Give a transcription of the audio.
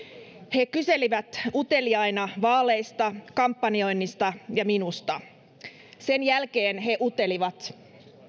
he kyselivät uteliaina vaaleista kampanjoinnista ja minusta sen jälkeen he utelivat